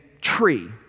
tree